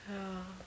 ya